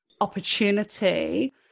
opportunity